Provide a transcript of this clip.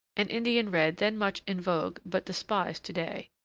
an indian red then much in vogue but despised to-day,